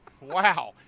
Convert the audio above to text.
Wow